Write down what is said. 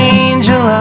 angel